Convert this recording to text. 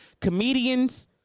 Comedians